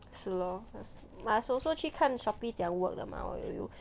是 lor must also 去看 shopee 怎样 work 的吗我也有